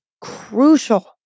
crucial